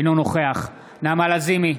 אינו נוכח נעמה לזימי,